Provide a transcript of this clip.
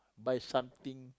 buy something